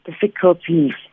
difficulties